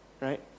Right